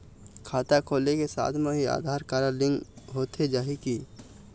खाता खोले के साथ म ही आधार कारड लिंक होथे जाही की?